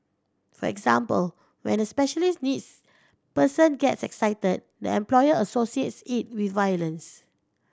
for example when a special needs person gets excited the employer associates it with violence